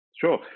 Sure